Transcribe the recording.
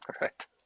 Right